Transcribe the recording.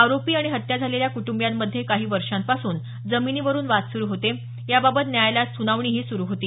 आरोपी आणि हत्या झालेल्या कुटुंबियांमध्ये काही वर्षांपासून जमिनीवरून वाद सुरू होते याबाबत न्यायालयात सुनावणीही सुरू होती